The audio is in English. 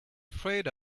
afraid